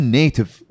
native